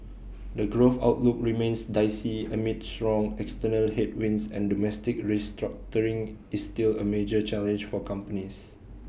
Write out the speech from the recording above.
the growth outlook remains dicey amid strong external headwinds and domestic restructuring is still A major challenge for companies